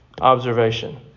observation